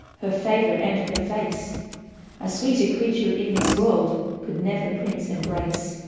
her favour, and her face a sweeter creature in this worlde could never prince embrace.